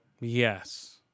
yes